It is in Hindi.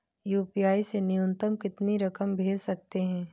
यू.पी.आई से न्यूनतम कितनी रकम भेज सकते हैं?